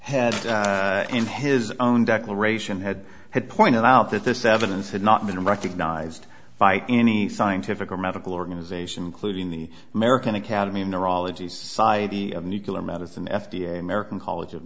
had in his own declaration had had pointed out that this evidence had not been recognized by any scientific or medical organization including the american academy of neurology society of nucular medicine f d a american college of